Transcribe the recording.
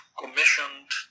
commissioned